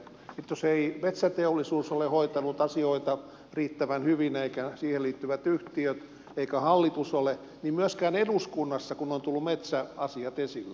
jos ei metsäteollisuus ole hoitanut asioita riittävän hyvin eivätkä siihen liittyvät yhtiöt eikä hallitus niin ei myöskään eduskunta kun on tullut metsäasioita esille